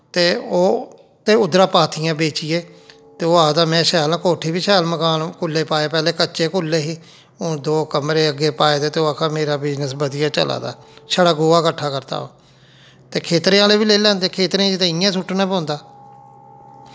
ते ओह् ते उद्धरा पात्थियां बेचियै ते ओह् आखदे में शैल कोट्ठी बी शैल मकान खुल्ले पाए पैह्लें कच्चे कुल्ले ही हून दो कमरे अग्गें पाए दे ते ओह् आक्खा दा हा मेरा बिजनस बदिया चला दा छड़ा गोहा कट्ठा करदा ओह् ते खेत्तरें आह्ले बी लेई लैंदे खेत्तरें च ते इ'यां बी सु'ट्टना पौंदा